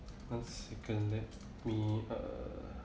one second let me uh